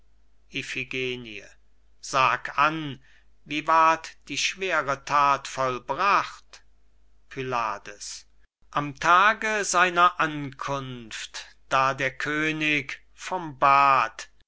sag an wie ward die schwere that vollbracht pylades am tage seiner ankunft da dir könig vom bad